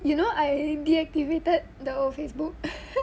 you know I deactivated the facebook